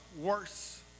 worse